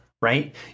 right